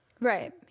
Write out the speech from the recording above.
Right